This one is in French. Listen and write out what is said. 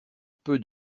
peu